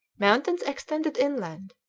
mountains extended inland,